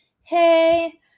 hey